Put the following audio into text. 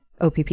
OPP